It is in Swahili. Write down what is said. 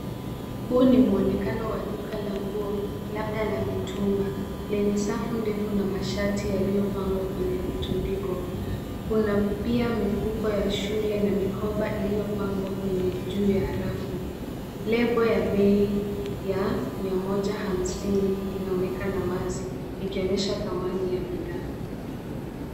Huu ni mwonekano wa duka la nguo labda la mitumba lenye safu ndefu na mashati yaliyopangwa kwenye vitundiko. Kuna pia mifuko ya shule na mikoba iliyopangwa kwenye juu ya rafu, lebo ya bei ya mia moja hamsini linaonekana wazi, ikionyesha dhamani ya bidhaa.